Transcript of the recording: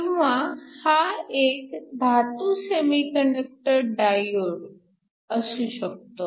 किंवा हा एक धातू सेमीकंडक्टर डायोड असू शकतो